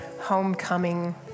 homecoming